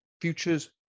futures